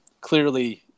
clearly